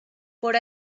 por